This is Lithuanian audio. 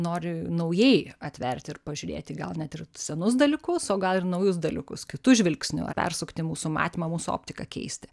nori naujai atverti ir pažiūrėti gal net ir senus dalykus o gal ir naujus dalykus kitu žvilgsniu ar persukti mūsų matymą mūsų optiką keisti